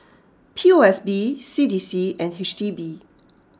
P O S B C D C and H D B